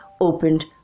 opened